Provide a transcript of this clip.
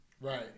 Right